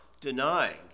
denying